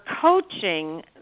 coaching